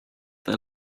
they